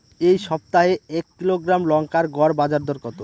এই সপ্তাহে এক কিলোগ্রাম লঙ্কার গড় বাজার দর কত?